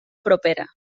propera